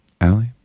Allie